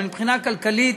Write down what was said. אבל מבחינה כלכלית